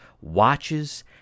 watches